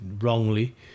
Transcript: wrongly